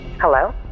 Hello